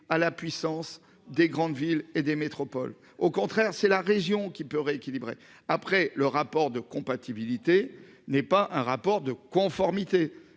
à la puissance des grandes villes et des métropoles. Au contraire, c'est la région qui peut rééquilibrer après le rapport de compatibilité n'est pas un rapport de conformité.